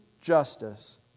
justice